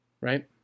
Right